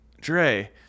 dre